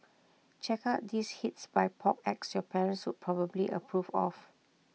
check out these hits by pop acts your parents would probably approve of